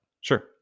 Sure